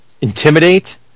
Intimidate